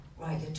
right